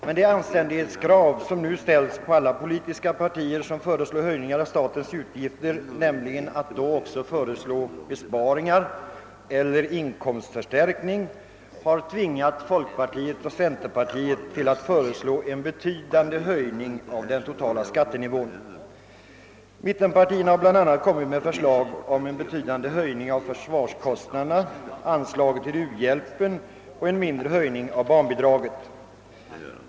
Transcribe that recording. Men det anständighetskrav som nu ställs på alla politiska partier som föreslår höjningar av statens utgifter, nämligen att också föreslå besparingar eller inkomstförstärkning, har tvingat folkpartiet och centerpartiet att föreslå en betydande höjning av den totala skattenivån. Mittenpartierna har bl.a. föreslagit en ganska kraftig höjning av försvarskostnaderna, höjda anslag till u-hjälpen och en mindre höjning av barnbidraget.